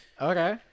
Okay